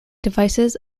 devices